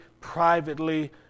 privately